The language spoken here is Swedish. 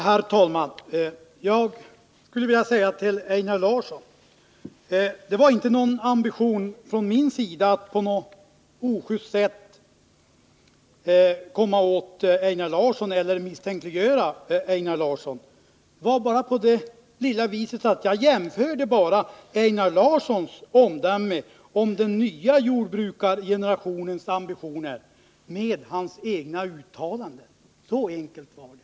Herr talman! Jag vill säga till Einar Larsson att det inte var någon ambition från min sida att på något ojust sätt komma åt eller misstänkliggöra honom. Det var bara på det lilla viset att jag jämförde Einar Larssons omdöme om den nya jordbrukargenerationens ambitioner med hans egna uttalanden. Så enkelt var det.